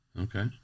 Okay